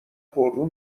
پررو